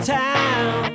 town